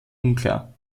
unklar